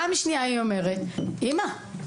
פעם שנייה היא אומרת: אימא,